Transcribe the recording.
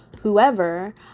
whoever